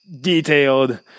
detailed